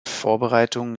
vorbereitung